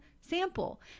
sample